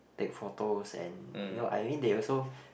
take photos and you know I mean they also